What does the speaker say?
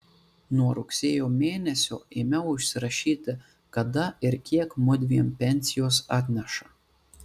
nuo rugsėjo mėnesio ėmiau užsirašyti kada ir kiek mudviem pensijos atneša